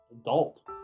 adult